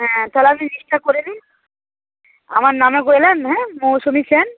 হ্যাঁ তাহলে আপনি লিস্টটা করে নিন আমার নামে করবেন হ্যাঁ মৌসুমী সেন